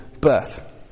birth